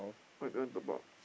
why you don't want top up